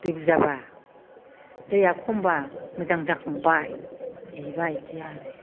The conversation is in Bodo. दै बुर्जाबा दैया खमबा मोजां जाखांबाय बेबायदि आरो